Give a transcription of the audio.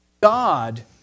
God